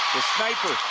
the sniper.